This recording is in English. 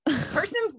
Person